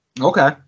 Okay